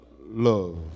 love